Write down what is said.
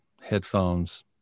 headphones